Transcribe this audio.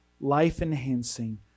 Life-enhancing